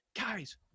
guys